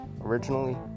originally